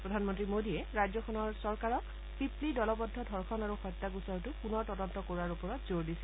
প্ৰধানমন্ত্ৰী মোডীয়ে ৰাজ্যখনৰ চৰকাৰক পিপ্লি দলবদ্ধ ধৰ্ষণ আৰু হত্যা গোচৰটো পুনৰ তদন্ত কৰোৱাৰ ওপৰত জোৰ দিছিল